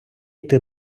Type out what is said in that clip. йти